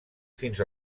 fins